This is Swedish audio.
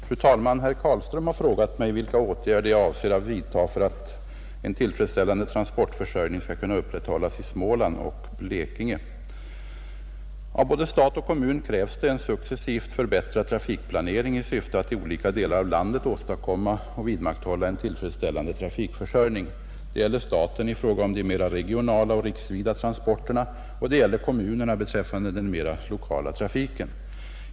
Fru talman! Herr Carlström har frågat mig, vilka åtgärder jag avser att vidta för att en tillfredsställande transportförsörjning skall kunna upprätthållas i Småland och Blekinge. Av både stat och kommun krävs det en successivt förbättrad trafikplanering i syfte att i olika delar av landet åstadkomma och vidmakthålla en tillfredsställande trafikförsörjning. Det gäller staten i fråga om de mera regionala och riksvida transporterna, och det gäller kommunerna beträffande den mera lokala trafiken.